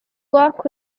walk